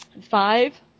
Five